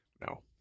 No